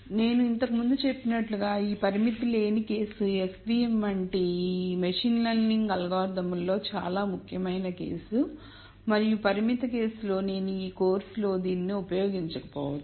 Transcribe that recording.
నేను ఇంతకుముందు చెప్పినట్లుగా ఈ పరిమితి లేని కేసు s v m వంటి యంత్ర అభ్యాస మెషిన్ లెర్నింగ్అల్గోరిథం లలో చాలా ముఖ్యమైన కేసు మరియు పరిమిత కేసులో నేను ఈ కోర్సులో దీనిని ఉపయోగించకపోవచ్చు